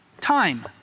time